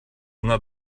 not